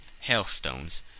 hailstones